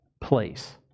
place